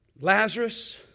Lazarus